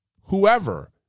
whoever